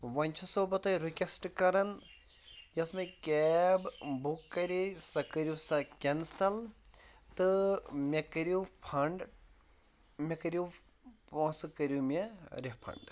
وۄنۍ چھُسو بہٕ تۄہہِ رِکویسٹ کَرَان یۄس مےٚ کیب بُک کَرے سۄ کٔرِو سا کٮ۪نسَل تہٕ مےٚ کٔرِو فنڈ مےٚ کٔرِو پونٛسہٕ کٔرو مےٚ رِفنڈ